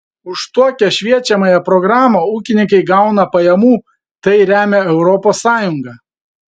už tokią šviečiamąją programą ūkininkai gauna pajamų tai remia europos sąjunga